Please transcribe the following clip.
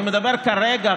אני מדבר כרגע,